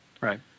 Right